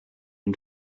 une